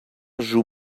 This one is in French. joue